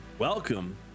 Welcome